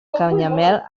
canyamel